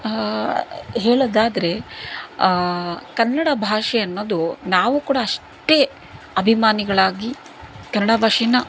ಹೇಳೊದಾದ್ರೆ ಕನ್ನಡ ಭಾಷೆ ಅನ್ನೋದು ನಾವು ಕೂಡ ಅಷ್ಟೇ ಅಭಿಮಾನಿಗಳಾಗಿ ಕನ್ನಡ ಭಾಷೇನ